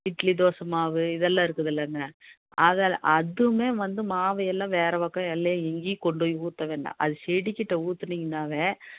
இட்லி தோசை மாவு இதெல்லாம் இருக்குதில்லங்க அதல்லாம் அதுவும் வந்து மாவை எல்லாம் வேறே பக்கம் எங்கேயும் கொண்டு போய் ஊற்ற வேணாம் அதை செடிக்கிட்ட ஊற்றினீங்கனாவே